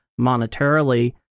monetarily